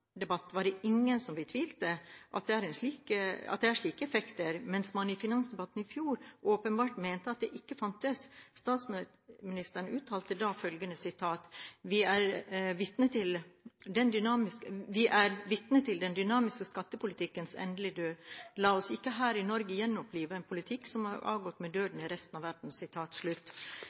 var det ingen som betvilte at det er slike effekter, mens man i finansdebatten i fjor åpenbart mente at de ikke fantes. Statsministeren uttalte da følgende: «Vi er vitne til den dynamiske skattepolitikkens endelige død. La oss ikke her i Norge gjenopplive en politikk som har avgått ved døden i resten av